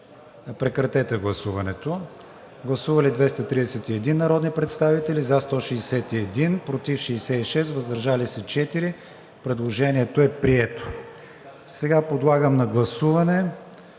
редакционни промени. Гласували 231 народни представители: за 161, против 66, въздържали се 4. Предложението е прието. Подлагам на гласуване